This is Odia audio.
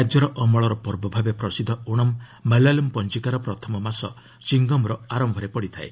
ରାଜ୍ୟର ଅମଳ ପର୍ବ ଭାବେ ପ୍ରସିଦ୍ଧ ଓଣମ୍ ମାଲୟାଲମ୍ ପଞ୍ଜିକାର ପ୍ରଥମ ମାସ ଚିଙ୍ଗମ୍ର ଆରମ୍ଭରେ ପଡ଼ିଥାଏ